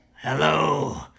hello